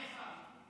מייסר.